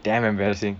damn embarrassing